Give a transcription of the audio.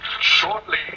Shortly